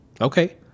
Okay